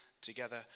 together